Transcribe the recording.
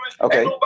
okay